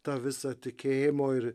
ta visa tikėjimo ir